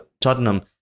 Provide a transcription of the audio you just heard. Tottenham